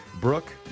Brooke